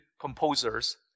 composers